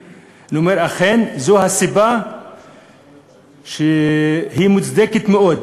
אני אומר: אכן, זו סיבה שהיא מוצדקת מאוד.